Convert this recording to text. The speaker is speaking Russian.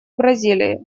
бразилии